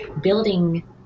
building